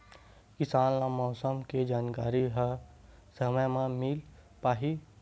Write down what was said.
किसान ल मौसम के जानकारी ह समय म मिल पाही?